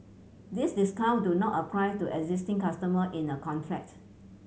these discount do not apply to existing customer in a contract